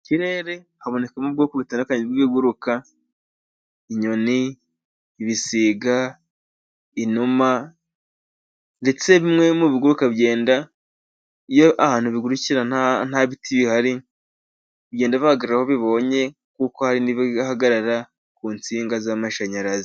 Mu kirere habonekamo ubwoko butandukanye bw'ibiguruka, inyoni, ibisiga, inuma, ndetse bimwe mu biguruka bigenda, iyo ahantu bigurukira nta biti bihari, bigenda bihagara aho bibonye kuko hari n'ibihagarara ku nsinga z'amashanyarazi.